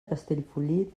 castellfollit